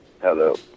Hello